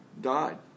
died